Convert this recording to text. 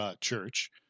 church